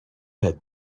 had